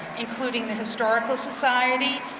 including the historical society,